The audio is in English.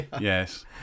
Yes